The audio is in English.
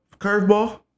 curveball